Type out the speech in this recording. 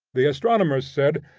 the astronomers said,